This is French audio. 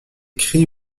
crie